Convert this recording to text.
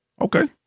Okay